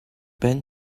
been